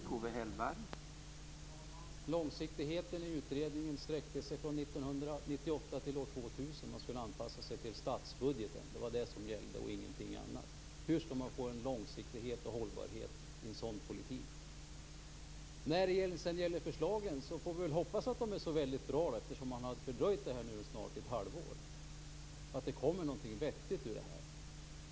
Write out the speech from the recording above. Herr talman! Långsiktigheten i utredningen sträckte sig från år 1998 till år 2000. Man skulle anpassa sig till statsbudgeten. Det var det som gällde och ingenting annat. Hur skall man få en långsiktighet och en hållbarhet i en sådan politik? När det sedan gäller förslagen får vi väl hoppas att de är så bra, eftersom man har fördröjt dem nu snart ett halvår, och att det kommer någonting vettigt ur detta.